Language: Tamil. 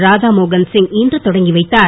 ராதாமோகன் சிய் இன்று தொடக்கி வைத்தார்